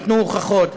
נתנו הוכחות.